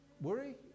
worry